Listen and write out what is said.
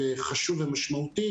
חשוב ומשמעותי